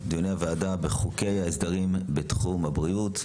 דיוני הוועדה בחוקי ההסדרים בתחום הבריאות.